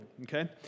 okay